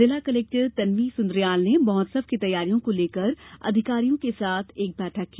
जिला कलेक्टर तन्वी सुन्द्रियाल ने महोत्सव की तैयारियों को लेकर अधिकारियों के साथ बैठक की